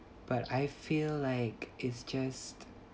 but I feel like it's just